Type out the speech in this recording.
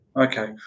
Okay